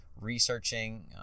researching